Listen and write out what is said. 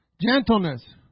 Gentleness